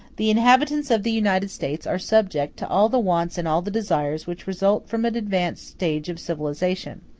the inhabitants of the united states are subject to all the wants and all the desires which result from an advanced stage of civilization